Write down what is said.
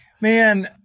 Man